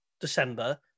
December